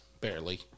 barely